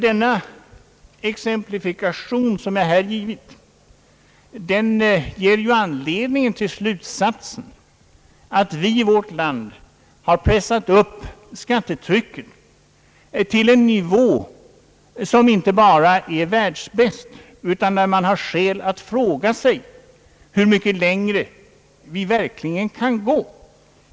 Den exemplifikation som jag här har givit ger anledning till slutsatsen att vi i vårt land har pressat upp skattetrycket till en nivå, som inte bara är » världsbäst», utan där man har skäl att fråga sig hur mycket längre vi verkligen kan gå.